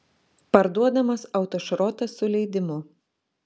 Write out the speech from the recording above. parduodamas autošrotas su leidimu